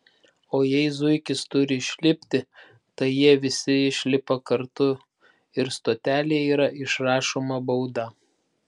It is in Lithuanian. o jei zuikis turi išlipti tai jie visi išlipa kartu ir stotelėje yra išrašoma bauda